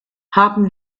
haben